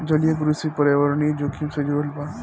जलीय कृषि पर्यावरणीय जोखिम से जुड़ल बा